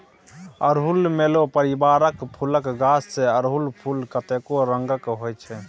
अड़हुल मेलो परिबारक फुलक गाछ छै अरहुल फुल कतेको रंगक होइ छै